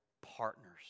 partners